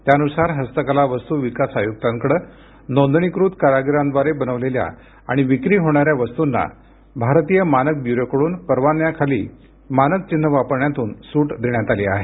त्यानुसार हस्तकला वस्तू विकास आयुक्तांकडे नोंदणीकृत कारागिरांद्वारे बनविलेल्या आणि विक्री होणाऱ्या वस्तुंना भारतीय मानक ब्युरोकडून परवान्याखाली मानक चिन्ह वापरण्यातून सूट देण्यात आली आहे